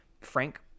frank